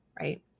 right